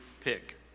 pick